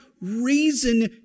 reason